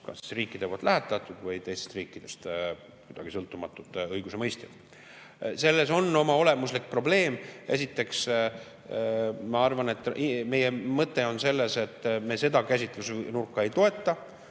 kas riikide lähetatud või teistest riikidest sõltumatud õigusemõistjad. Selles on oma olemuslik probleem. Esiteks, ma arvan, et meie mõte on selles, et me seda käsitlusnurka ei toeta,